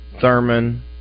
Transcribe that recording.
Thurman